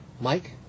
Mike